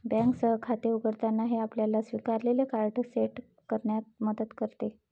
बँकेसह खाते उघडताना, हे आपल्याला स्वीकारलेले कार्ड सेट करण्यात मदत करते